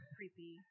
Creepy